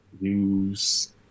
news